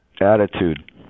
Attitude